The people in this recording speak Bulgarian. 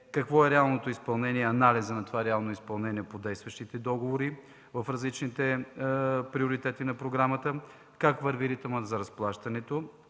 какво е реалното изпълнение и анализът на това реално изпълнение по действащите договори в различните приоритети на програмата, как върви ритъмът за разплащането,